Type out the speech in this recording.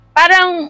parang